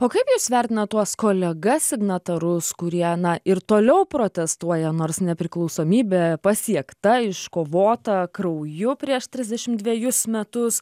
o kaip jūs vertinat tuos kolegas signatarus kurie na ir toliau protestuoja nors nepriklausomybė pasiekta iškovota krauju prieš trisdešim dvejus metus